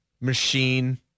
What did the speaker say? machine